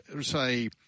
say